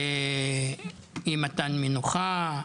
אי-מתן מנוחה,